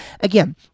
Again